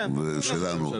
שלנו,